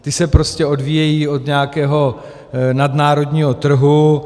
Ty se prostě odvíjejí od nějakého nadnárodního trhu.